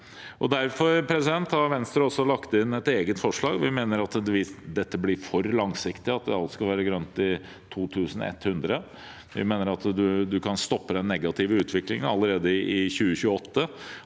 Derfor har Venstre også lagt inn et eget forslag. Vi mener at det blir for langsiktig at alt skal være grønt i 2100. Vi mener at man kan stoppe den negative utviklingen allerede i 2028,